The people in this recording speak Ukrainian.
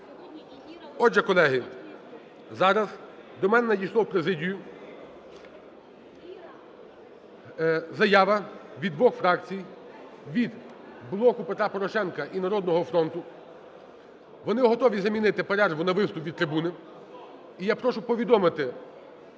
Отже, колеги, зараз до мене надійшла у президію заява від двох фракцій – від "Блоку Петра Порошенка" і "Народного фронту". Вони готові замінити перерву на виступ від трибуни.